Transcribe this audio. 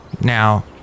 now